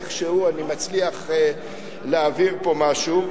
איכשהו אני מצליח להעביר פה משהו,